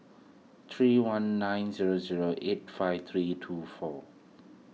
three one nine zero zero eight five three two four